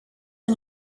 ein